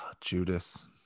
Judas